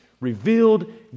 revealed